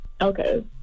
Okay